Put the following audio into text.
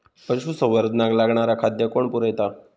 पशुसंवर्धनाक लागणारा खादय कोण पुरयता?